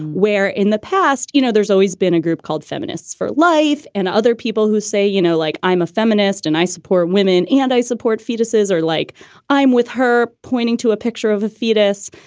where in the past, you know, there's always been a group called feminists for life and other people who say, you know, like, i'm a feminist and i support women and i support fetuses or like i'm with her pointing to a picture of a fetus.